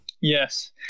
Yes